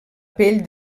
pell